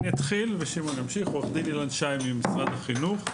אני ממשרד החינוך.